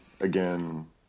again